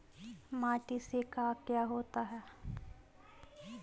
माटी से का क्या होता है?